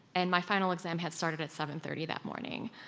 and my final exam had started at seven thirty that morning.